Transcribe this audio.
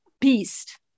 beast